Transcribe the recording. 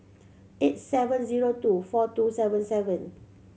eight seven zero two four two seven seven